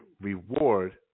reward